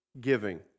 giving